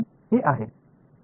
हे आहेत